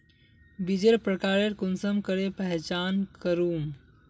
बीजेर प्रकार कुंसम करे पहचान करूम?